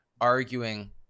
arguing